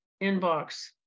inbox